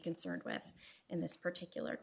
concerned with in this particular